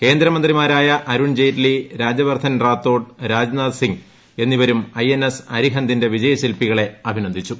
കേന്ദ്രമന്ത്രിമാരായ അരുൺ ജെയ്റ്റ്ലി രാജവർദ്ധൻ റാത്തോഡ് രാജ്നാഥ് സിംഗ് എന്നിവരും I N S അരിഹന്ദിന്റെ വിജയശിൽപികളെ അഭിനന്ദിച്ചു